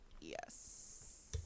Yes